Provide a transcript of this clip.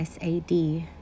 SAD